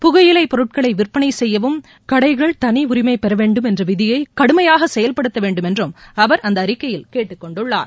புகையிலைப் பொருட்களை விற்பனை செய்யும் கடைகள் தனி உரிமம் பெற வேண்டுமென்ற விதியை கடுமையாக செயல்படுத்த வேண்டுமென்றும் அவர் அந்த அறிக்கையில் கேட்டுக் கொண்டுள்ளார்